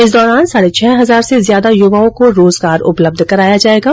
इस दौरान साढ़े छह हजार से ज्यादा युवाओं को रोजगार उपलब्ध कराया जाएगा